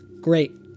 great